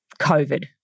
COVID